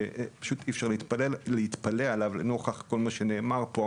שפשוט אי-אפשר להתפלא עליו לנוכח כל מה שנאמר פה.